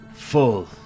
Full